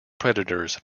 predators